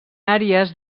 àrees